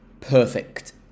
perfect